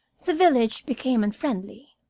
the village became unfriendly.